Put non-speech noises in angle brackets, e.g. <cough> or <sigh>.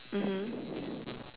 mmhmm <breath>